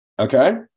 Okay